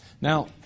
Now